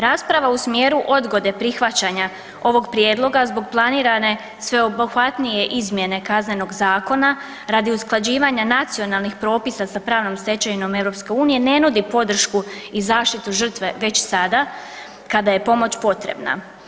Rasprava u smjeru odgode prihvaćanja ovog prijedloga zbog planirane sveobuhvatnije izmjene Kaznenog zakona radi usklađivanja nacionalnih propisa sa pravnom stečevinom EU ne nudi podršku i zaštiti žrtve već sada kada je pomoć potrebna.